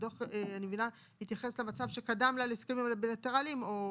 הדוח התייחס למצב שקדם להסכמים הבילטרליים או